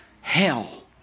hell